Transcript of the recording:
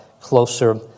closer